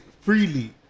freely